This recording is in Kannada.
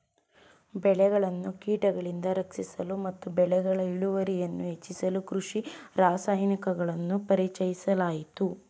ಬೆಳೆಗಳನ್ನು ಕೀಟಗಳಿಂದ ರಕ್ಷಿಸಲು ಮತ್ತು ಬೆಳೆಗಳ ಇಳುವರಿಯನ್ನು ಹೆಚ್ಚಿಸಲು ಕೃಷಿ ರಾಸಾಯನಿಕಗಳನ್ನು ಪರಿಚಯಿಸಲಾಯಿತು